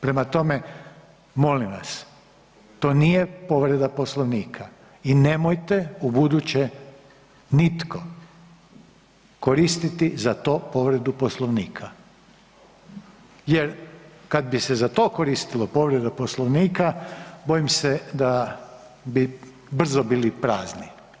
Prema tome, molim vas to nije povreda Poslovnika i nemojte ubuduće nitko koristiti za to povredu Poslovnika jer kad bi se za to koristilo povredu Poslovnika bojim se da bi brzo bili prazni.